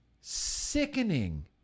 sickening